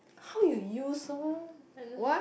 how you use so